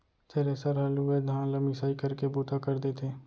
thresher हर लूए धान ल मिसाई करे के बूता कर देथे